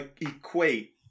equate